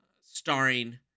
starring